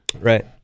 Right